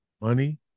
money